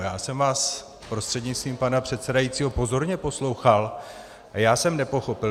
Já jsem vás prostřednictvím pana předsedajícího pozorně poslouchal a já jsem nepochopil.